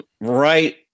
Right